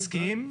מסכים.